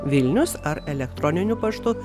vilnius ar elektroniniu paštu